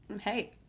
Hey